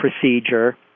procedure